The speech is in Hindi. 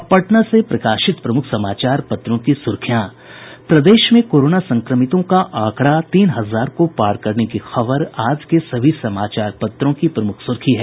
अब पटना से प्रकाशित प्रमुख समाचार पत्रों की सुर्खियां प्रदेश में कोरोना संक्रमितों का आंकड़ा तीन हजार को पार करने की खबर आज के सभी समाचार पत्रों की प्रमुख सुर्खी है